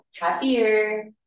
happier